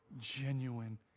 genuine